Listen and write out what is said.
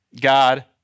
God